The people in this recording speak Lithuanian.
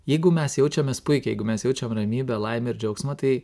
jeigu mes jaučiamės puikiai jeigu mes jaučiam ramybę laimę ir džiaugsmą tai